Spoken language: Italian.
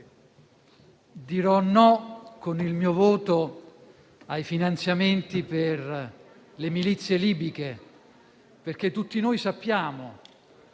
dirò no con il mio voto ai finanziamenti per le milizie libiche, perché tutti noi sappiamo